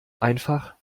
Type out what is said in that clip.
einfach